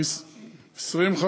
2050?